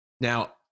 Now